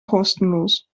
kostenlos